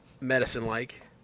Medicine-like